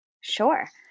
Sure